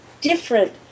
different